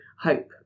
hope